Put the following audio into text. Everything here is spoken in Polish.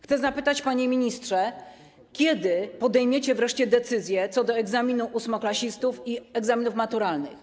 Chcę zapytać, panie ministrze, kiedy podejmiecie wreszcie decyzję w sprawie egzaminu ósmoklasisty i egzaminów maturalnych.